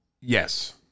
Yes